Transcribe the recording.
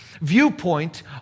viewpoint